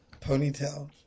ponytail